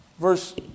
verse